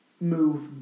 move